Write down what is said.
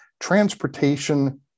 Transportation